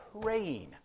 praying